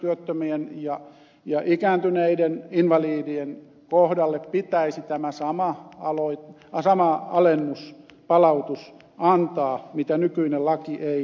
myös työttömille ja ikääntyneille invalideille pitäisi antaa tämä sama palautus jota nykyinen laki ei anna